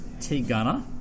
T-Gunner